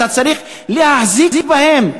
אתה צריך להחזיק בהם,